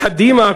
קדימה,